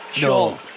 No